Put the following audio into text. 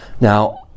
Now